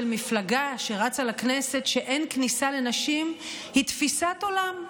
מפלגה שרצה לכנסת שאין כניסה לנשים היא תפיסת עולם,